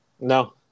no